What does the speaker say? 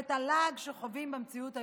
ואת הלעג שהם חווים במציאות היום-יומית.